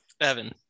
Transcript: evan